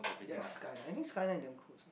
they have a Skyline I think Skyline damn cool also